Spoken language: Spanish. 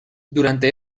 durante